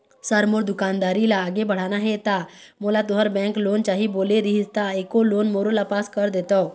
Sir मोर दुकानदारी ला आगे बढ़ाना हे ता मोला तुंहर बैंक लोन चाही बोले रीहिस ता एको लोन मोरोला पास कर देतव?